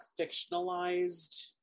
fictionalized